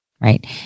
right